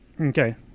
Okay